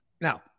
Now